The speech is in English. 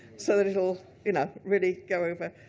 so that it'll you know really go over.